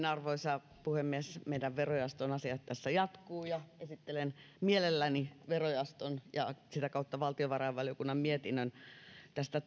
arvoisa puhemies meidän verojaoston asiat tässä jatkuvat ja esittelen mielelläni verojaoston ja sitä kautta valtiovarainvaliokunnan mietinnön tästä